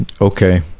okay